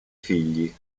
figli